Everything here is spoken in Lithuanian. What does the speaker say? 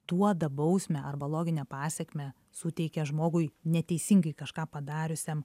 duoda bausmę arba loginę pasekmę suteikia žmogui neteisingai kažką padariusiam